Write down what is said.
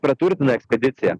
praturtina ekspediciją